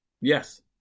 Yes